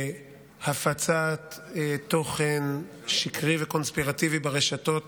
שהפצת תוכן שקרי וקונספירטיבי ברשתות